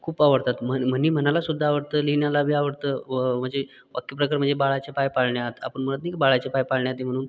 खूप आवडतात म्ह म्हणी म्हणायला सुद्धा आवडतं लिहिण्याला बी आवडतं व म्हणजे वाक्यप्रकार म्हणजे बाळाचे पाय पाळण्यात आपण म्हणत नाही काय बाळाचे पाय पाळण्यातये म्हणून